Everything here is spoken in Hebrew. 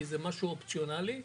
כי זה משהו אופציונלי,